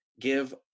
Give